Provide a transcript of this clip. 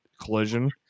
collision